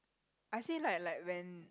I see like like when